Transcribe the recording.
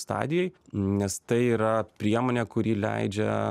stadijoj nes tai yra priemonė kuri leidžia